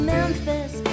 Memphis